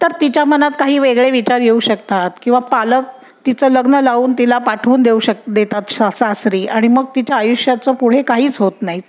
तर तिच्या मनात काही वेगळे विचार येऊ शकतात किंवा पालक तिचं लग्न लावून तिला पाठवून देऊ शक देतात शा सासरी आणि मग तिच्या आयुष्याचं पुढे काहीच होत नाही